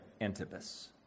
Antipas